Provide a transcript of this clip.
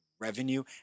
revenue